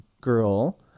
girl